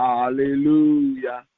Hallelujah